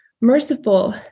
merciful